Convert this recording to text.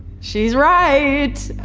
she's right.